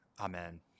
Amen